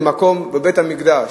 ובית-המקדש,